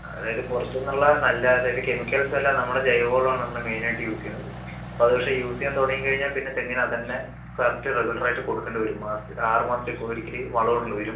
അതായത് പുറത്തു നിന്ന് ഉള്ള നല്ല അതായത് കെമിക്കൽസ് അല്ല നമ്മളുടെ ജൈവവളം ആണ് നമ്മൾ മെയിനായിട്ട് യൂസ് ചെയ്യുന്നത് അപ്പോൾ അത് പക്ഷെ യൂസ് ചെയ്യാൻ തുടങ്ങി കഴിഞ്ഞാൽ പിന്നെ തെങ്ങിന് അതുതന്നെ കറക്റ്റ് റെഗുലർ ആയിട്ട് കൊടുക്കേണ്ടി വരും മാസത്തിൽ ആറ് മാസത്തേക്ക് ഒരിക്കൽ വളം ഇടേണ്ടി വരും